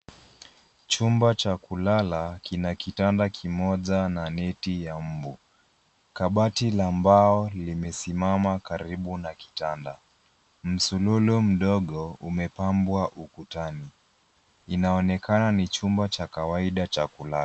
Chumba cha kulala kina kitanda kimoja na neti ya mbu kabati la mbao limesimama karibu na kitanda msululu mdogo umepambwa ukutani inaonekana ni chumba cha kawaida cha kulala.